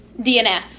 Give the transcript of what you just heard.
DNF